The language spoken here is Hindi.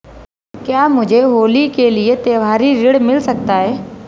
क्या मुझे होली के लिए त्यौहारी ऋण मिल सकता है?